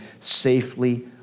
safely